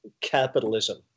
capitalism